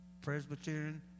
Presbyterian